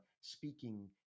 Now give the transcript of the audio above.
speaking